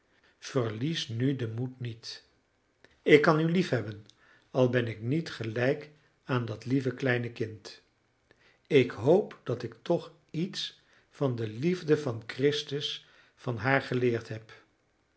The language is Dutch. verlies nu den moed niet ik kan u liefhebben al ben ik niet gelijk aan dat lieve kleine kind ik hoop dat ik toch iets van de liefde van christus van haar geleerd heb